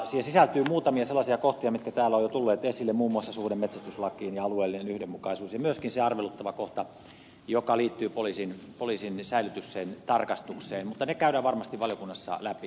siihen sisältyy muutamia sellaisia kohtia mitkä täällä ovat jo tulleet esille muun muassa suhde metsästyslakiin ja alueellinen yhdenmukaisuus ja myöskin se arveluttava kohta joka liittyy poliisin oikeuteen säilytyksen tarkastukseen mutta ne käydään varmasti valiokunnassa läpi